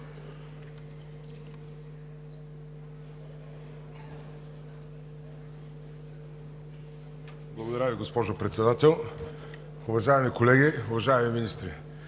Благодаря Ви, госпожо Председател. Уважаеми колеги, уважаеми министри!